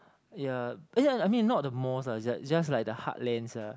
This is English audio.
ya eh ya I mean not the malls ah it just it just like the heartlands ah